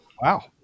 Wow